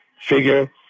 figure